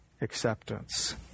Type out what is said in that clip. acceptance